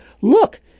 look